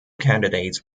candidates